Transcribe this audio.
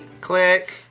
Click